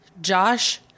Josh